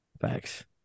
Thanks